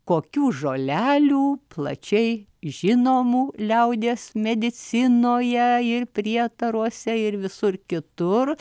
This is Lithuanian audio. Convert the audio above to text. kokių žolelių plačiai žinomų liaudies medicinoje ir prietaruose ir visur kitur